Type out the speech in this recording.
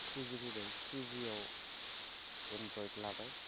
थ्रिजि फैबाय थ्रिजिआव एन्ड्रयड लाबाय